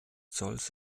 zolls